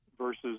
versus